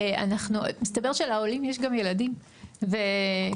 מסתבר שלעולים יש גם ילדים וככה,